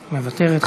מוותרת.